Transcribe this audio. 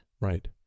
Right